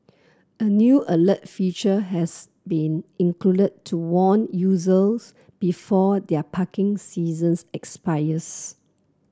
a new alert feature has been included to warn users before their parking sessions expires